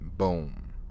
Boom